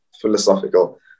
philosophical